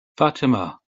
fatima